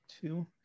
Two